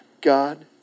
God